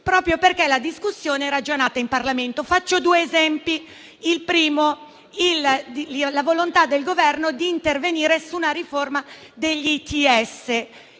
proprio perché la discussione ragionata avviene in Parlamento. Faccio due esempi: il primo è la volontà del Governo di intervenire sulla riforma degli